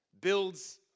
builds